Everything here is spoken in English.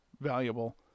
valuable